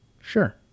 sure